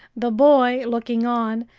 the boy, looking on,